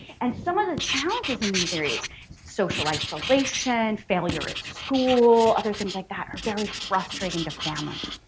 and some of the challenges in these areas social isolation, failure at school, other things like that are very frustrating to families,